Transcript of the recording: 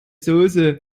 soße